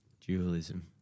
dualism